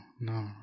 no